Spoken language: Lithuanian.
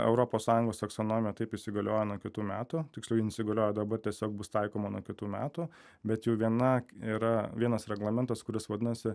europos sąjungos taksonomija taip įsigalioja nuo kitų metų tikslų tiksliau jin įsigalioja dabar tiesiog bus taikoma nuo kitų metų bet jau viena yra vienas reglamentas kuris vadinasi